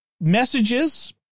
messages